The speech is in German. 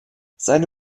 seine